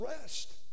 rest